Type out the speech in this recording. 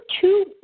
two